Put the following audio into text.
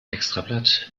extrablatt